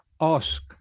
ask